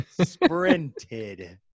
sprinted